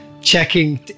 checking